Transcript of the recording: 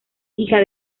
hija